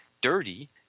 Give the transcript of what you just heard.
dirty